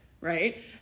right